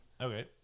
Okay